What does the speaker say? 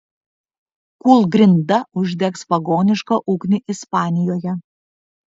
kūlgrinda uždegs pagonišką ugnį ispanijoje